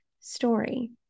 story